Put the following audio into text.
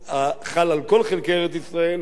ארץ-ישראל ולא רק על היישובים היהודיים.